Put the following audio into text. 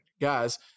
guys –